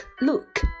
Look